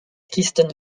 kristen